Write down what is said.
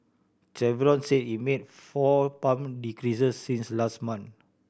chevron say it made four pump decreases since last month